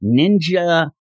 ninja